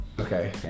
Okay